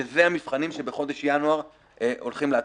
שזה המבחנים שבחודש ינואר הולכים להתחיל,